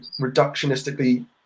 reductionistically